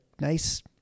nice